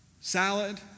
salad